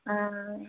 ஆ ஆ